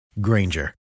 Granger